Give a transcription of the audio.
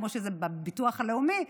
כמו שזה בביטוח הלאומי,